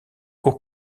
haut